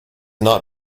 not